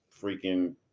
freaking